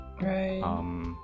Right